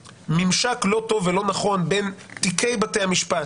ממשק לא טוב ולא נכון בין תיקי בתי המשפט,